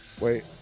Wait